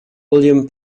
william